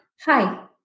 Hi